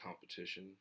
competition